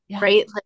right